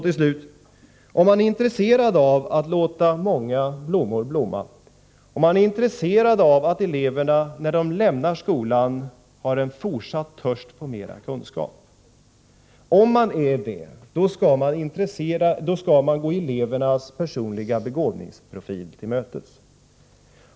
Till slut: Om man är intresserad av att låta många blommor blomma och av att eleverna när de lämnar skolan skall ha en törst efter mera kunskap, skall man ta hänsyn till elevernas personliga begåvningsprofil.